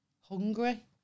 hungry